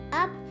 up